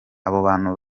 bantu